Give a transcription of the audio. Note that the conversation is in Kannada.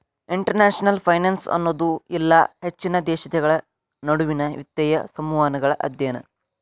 ಇಂಟರ್ನ್ಯಾಷನಲ್ ಫೈನಾನ್ಸ್ ಅನ್ನೋದು ಇಲ್ಲಾ ಹೆಚ್ಚಿನ ದೇಶಗಳ ನಡುವಿನ್ ವಿತ್ತೇಯ ಸಂವಹನಗಳ ಅಧ್ಯಯನ